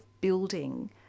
building